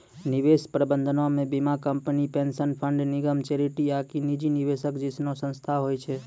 निवेश प्रबंधनो मे बीमा कंपनी, पेंशन फंड, निगम, चैरिटी आकि निजी निवेशक जैसनो संस्थान होय छै